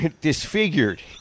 disfigured